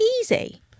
Easy